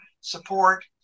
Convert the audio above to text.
support